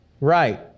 right